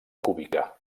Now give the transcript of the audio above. cúbica